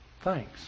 thanks